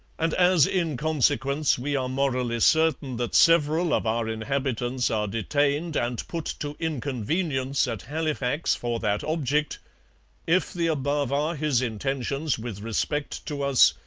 and as, in consequence, we are morally certain that several of our inhabitants are detained and put to inconvenience at halifax for that object if the above are his intentions with respect to us,